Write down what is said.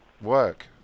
work